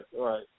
Right